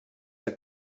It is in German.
der